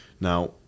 Now